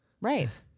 Right